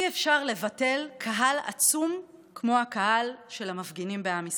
אי-אפשר לבטל קהל עצום כמו הקהל של המפגינים בעם ישראל.